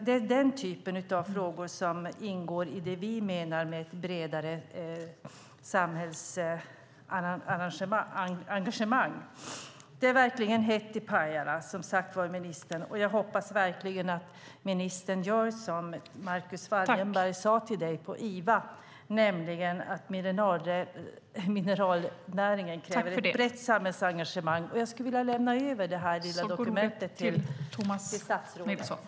Det är den typen av frågor som ingår i det vi menar med ett bredare samhällsengagemang. Det är verkligen hett i Pajala, som sagt, och jag hoppas verkligen att ministern gör som Marcus Wallenberg sade till dig på Iva: Mineralnäringen kräver ett brett samhällsengagemang. Jag skulle vilja lämna över det här lilla dokumentet till statsrådet.